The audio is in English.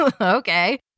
Okay